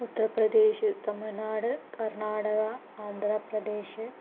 utter Pradesh Tamil Nadu Karnataka Andhra Pradesh